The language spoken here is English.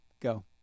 Go